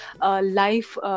life